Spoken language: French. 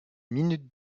minute